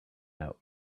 out